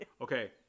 Okay